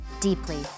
deeply